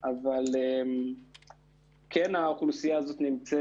דבר אחרון, דיברו על נושא